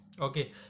okay